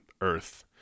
Earth